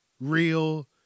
Real